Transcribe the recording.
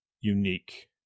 unique